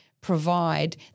provide